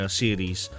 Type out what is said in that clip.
series